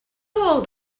old